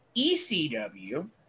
ECW